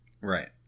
Right